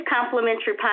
complimentary